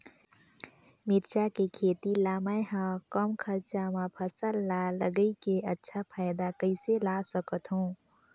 मिरचा के खेती ला मै ह कम खरचा मा फसल ला लगई के अच्छा फायदा कइसे ला सकथव?